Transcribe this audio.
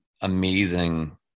amazing